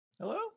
Hello